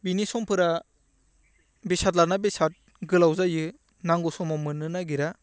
बिनि समफोरा बेसाद लाना बेसाद गोलाव जायो नांगौ समाव मोन्नो नागिरा